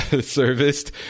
serviced